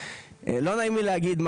לא נעים לי להגיד,